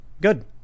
Good